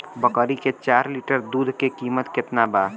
बकरी के चार लीटर दुध के किमत केतना बा?